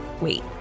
Wait